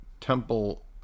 Temple